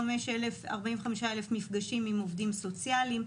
45,000 מפגשים עם עובדים סוציאליים.